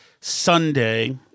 Sunday